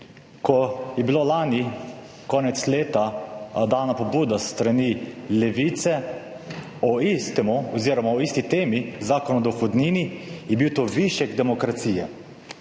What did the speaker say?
Ko je bilo lani konec leta dana pobuda s strani Levice o istem oziroma o isti temi, Zakon o dohodnini, je bil to višek demokracije,